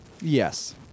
Yes